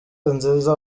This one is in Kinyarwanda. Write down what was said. nziza